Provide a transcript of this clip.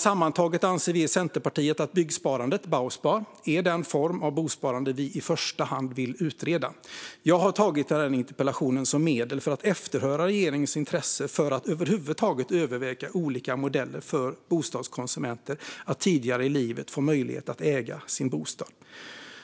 Sammantaget är byggsparandet Bauspar den form av bosparande som vi i Centerpartiet i första hand vill utreda. Jag har tagit den här interpellationen som medel för att efterhöra regeringens intresse för att över huvud taget överväga olika modeller för bostadskonsumenter att tidigare i livet få möjlighet att äga sin bostad.